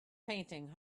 painting